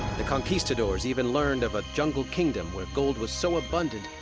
the conquistadors even learned of a jungle kingdom where gold was so abundant,